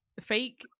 fake